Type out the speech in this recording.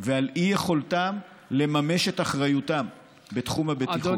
ועל אי-יכולתם לממש את אחריותם בתחום הבטיחות.